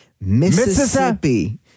Mississippi